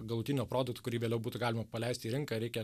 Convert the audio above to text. galutinio produkto kurį vėliau būtų galima paleisti į rinką reikia